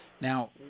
Now